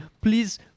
please